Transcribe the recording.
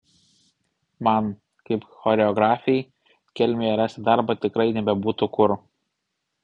man kaip choreografei kelmėje rasti darbą tikrai nebebūtų kur